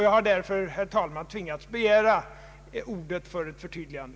Jag har, herr talman, tvingats begära ordet för ett förtydligande.